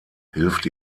hilft